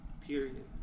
Period